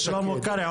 חבר הכנסת שלמה קרעי,